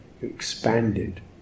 expanded